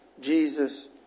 Jesus